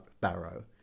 barrow